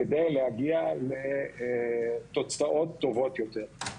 כדי להגיע לתוצאות טובות יותר.